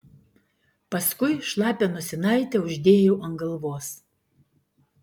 paskui šlapią nosinaitę uždėjau ant galvos